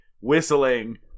whistling